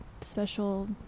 special